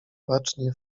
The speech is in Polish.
bacznie